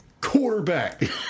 quarterback